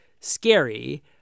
scary